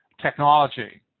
technology